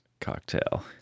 cocktail